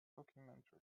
documentary